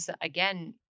again